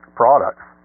products